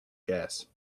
gas